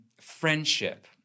friendship